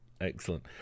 Excellent